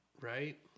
Right